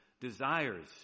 desires